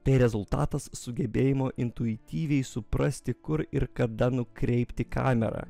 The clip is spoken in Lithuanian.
tai rezultatas sugebėjimo intuityviai suprasti kur ir kada nukreipti kamerą